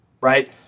Right